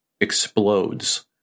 explodes